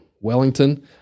Wellington